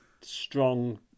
strong